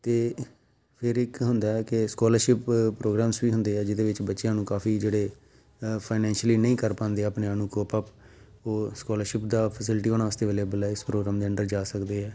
ਅਤੇ ਫਿਰ ਇੱਕ ਹੁੰਦਾ ਕਿ ਸਕੋਲਰਸ਼ਿਪ ਪ੍ਰੋਗਰਾਮਸ ਵੀ ਹੁੰਦੇ ਆ ਜਿਹਦੇ ਵਿੱਚ ਬੱਚਿਆਂ ਨੂੰ ਕਾਫੀ ਜਿਹੜੇ ਫਾਈਨੈਂਸ਼ਅਲੀ ਨਹੀਂ ਕਰ ਪਾਉਂਦੇ ਆਪਣੇ ਆਪ ਨੂੰ ਉਹ ਸਕੋਲਰਸ਼ਿਪ ਦਾ ਫੈਸਿਲਿਟੀ ਉਹਨਾਂ ਵਾਸਤੇ ਅਵੇਲੇਬਲ ਹੈ ਇਸ ਪ੍ਰੋਗਰਾਮ ਦੇ ਅੰਡਰ ਜਾ ਸਕਦੇ ਹੈ